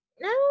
No